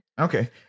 Okay